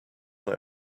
they